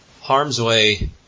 Harmsway